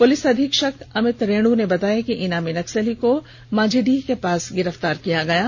police अधीक्षक अमित रेणु ने बताया कि इनामी नक्सली को माँझीडीह के पास से गिरफ्तार किया गया है